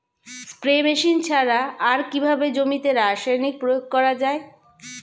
Spray machine ছাড়া আর কিভাবে জমিতে রাসায়নিক প্রয়োগ করা যায়?